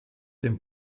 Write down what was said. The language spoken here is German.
dem